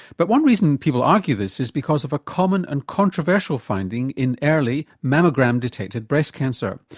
but one reason people argue this is because of a common and controversial finding in early, mammogram detected breast cancer.